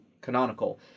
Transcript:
canonical